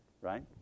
right